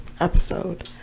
episode